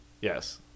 Yes